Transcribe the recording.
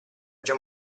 già